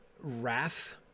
wrath